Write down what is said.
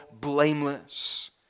blameless